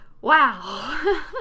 Wow